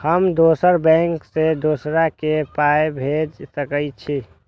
हम दोसर बैंक से दोसरा के पाय भेज सके छी?